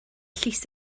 llys